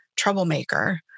troublemaker